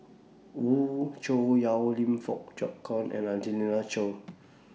Wee Cho Yaw Lim Fong Jock David and Angelina Choy